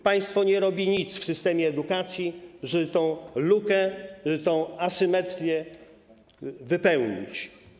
Państwo nie robi nic w systemie edukacji, żeby tę lukę, tę asymetrię wypełnić.